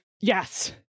Yes